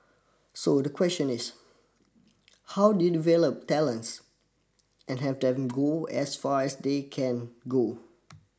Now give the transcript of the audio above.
so the question is how do you develop talents and have them go as far as they can go